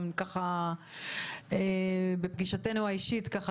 גם ככה בפגישה האישית שהייתה לנו ככה